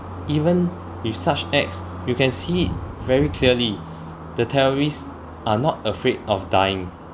even with such acts you can see very clearly the terrorists are not afraid of dying